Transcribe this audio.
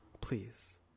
please